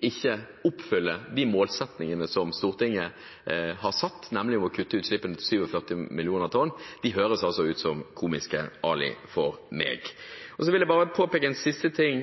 ikke samtidig oppfylle de målsettingene som Stortinget har satt, nemlig å kutte utslippene til 47 mill. tonn, høres for meg ut som Komiske Ali. Så vil jeg påpeke en siste ting